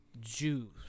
jews